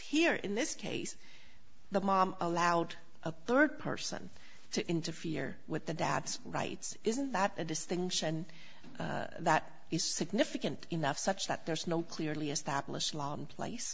here in this case the mom allowed a third person to interfere with the dad's rights isn't that a distinction that is significant enough such that there's no clearly established law in place